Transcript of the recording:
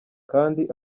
kandi